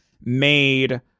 made